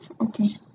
Okay